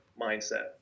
mindset